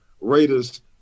Raiders